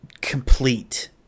complete